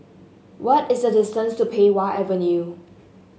what is the distance to Pei Wah Avenue